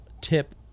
tip